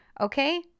Okay